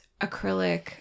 acrylic